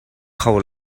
kho